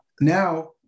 Now